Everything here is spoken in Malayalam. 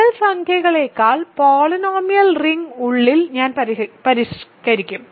റിയൽ സംഖ്യകളേക്കാൾ പോളിനോമിയൽ റിംഗ് ഉള്ളിൽ ഞാൻ പരിഷ്ക്കരിക്കും